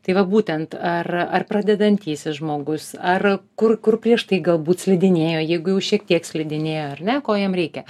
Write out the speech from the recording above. tai va būtent ar ar pradedantysis žmogus ar kur kur prieš tai galbūt slidinėjo jeigu jau šiek tiek slidinėjo ar ne ko jam reikia